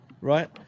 right